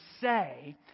say